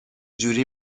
جوری